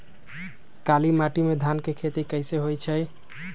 काली माटी में धान के खेती कईसे होइ छइ?